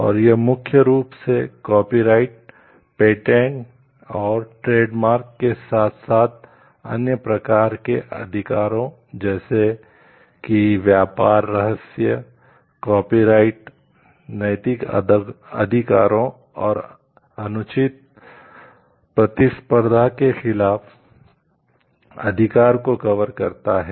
और यह मुख्य रूप से कॉपीराइट नैतिक अधिकारों और अनुचित प्रतिस्पर्धा के खिलाफ अधिकारों को कवर करता है